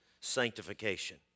sanctification